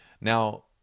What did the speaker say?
Now